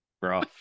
bro